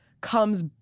comes